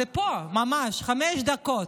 זה פה ממש, חמש דקות.